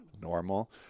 normal